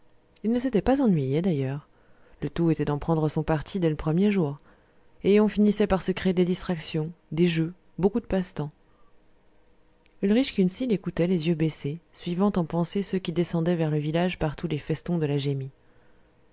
ils ne s'étaient pas ennuyés d'ailleurs le tout était d'en prendre son parti dès le premier jour et on finissait par se créer des distractions des jeux beaucoup de passe-temps ulrich kunsi l'écoutait les yeux baissés suivant en pensée ceux qui descendaient vers le village par tous les festons de la